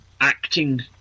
acting